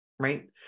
right